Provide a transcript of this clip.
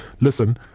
listen